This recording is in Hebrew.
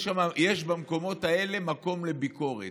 יש במקומות האלה מקום לביקורת,